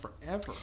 forever